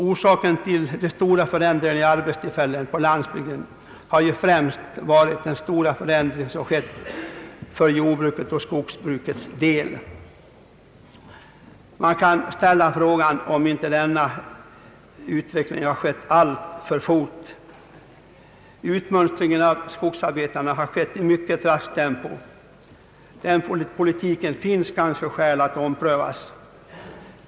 Orsaken till de stora förändringarna i arbetstillfällen på landsbygden har främst varit omställningen inom jordbruket och skogsbruket. Man kan ställa frågan om inte denna utveckling har gått alltför fort. Utmönstringen av skogsarbetarna har skett i mycket raskt tempo. Det finns kanske skäl att ompröva den politiken.